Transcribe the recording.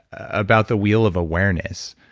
about the wheel of awareness,